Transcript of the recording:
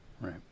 right